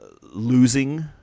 losing